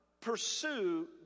pursue